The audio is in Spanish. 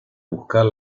buscar